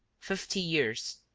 fifty years,